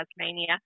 Tasmania